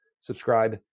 Subscribe